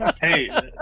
Hey